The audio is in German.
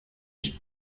ich